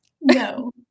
No